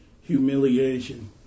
humiliation